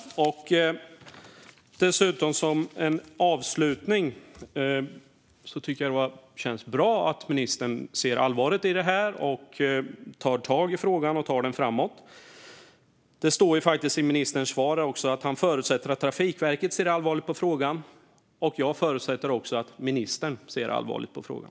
Som avslutning vill jag säga att det känns bra att ministern ser allvaret i detta och tar tag i frågan och tar den framåt. Ministern sa i sitt svar att han förutsätter att Trafikverket ser allvarligt på frågan, och jag förutsätter att även ministern ser allvarligt på frågan.